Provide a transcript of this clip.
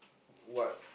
what